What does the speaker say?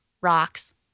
rocks